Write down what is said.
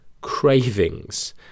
cravings